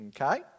Okay